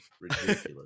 ridiculous